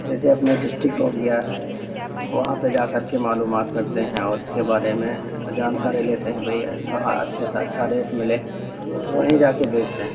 جیسے اپنا ڈسٹک ہو گیا وہاں پہ جا کر کے معلومات کرتے ہیں اور اس کے بارے میں جانکاری لیتے ہیں بھائی جہاں اچھے سے اچھا ریٹ ملے تو وہیں جا کے بیچتے ہیں